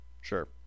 Sure